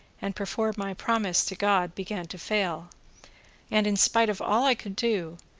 and perform my promise to god, began to fail and, in spite of all i could do,